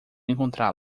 encontrá